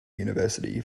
university